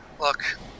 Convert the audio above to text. Look